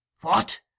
What